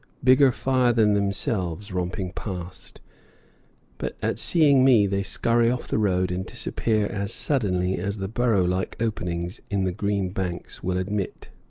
bigger far than themselves, romping past but at seeing me they scurry off the road and disappear as suddenly as the burrow-like openings in the green banks will admit.